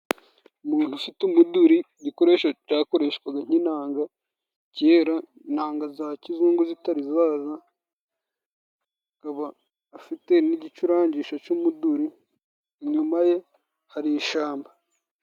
Umuntu ufite umuduri, igikoresho cyakoreshwaga nk'inanga, kera inanga za kizungu zitari zaza. Akaba afite n'igicurangisho cy'umuduri. Inyuma ye hari ishyamba.